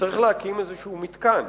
וצריך להקים איזה מתקן.